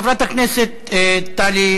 חברת הכנסת טלי פלוסקוב,